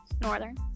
Northern